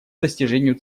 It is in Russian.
достижению